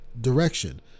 direction